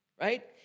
right